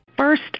First